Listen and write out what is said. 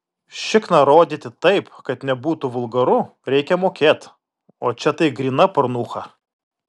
šikną rodyti taip kad nebūtų vulgaru reikia mokėt o čia tai gryna pornucha